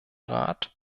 rat